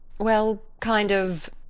well, kind of.